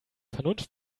vernunft